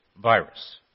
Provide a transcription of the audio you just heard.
virus